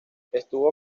estuvo